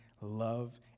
love